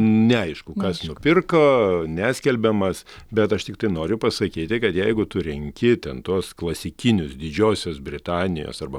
neaišku kas nupirko neskelbiamas bet aš tiktai noriu pasakyti kad jeigu tu renki ten tuos klasikinius didžiosios britanijos arba